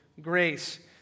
grace